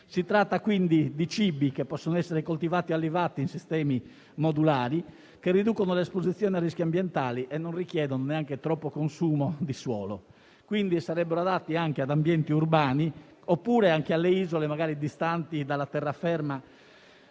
Si tratta quindi di cibi che possono essere coltivati e allevati in sistemi modulari, che riducono l'esposizione a rischi ambientali e non richiedono neanche troppo consumo di suolo. Sarebbero quindi adatti anche ad ambienti urbani, oppure ad isole magari distanti dalla terraferma.